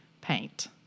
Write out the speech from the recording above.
paint